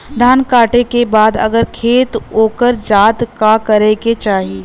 धान कांटेके बाद अगर खेत उकर जात का करे के चाही?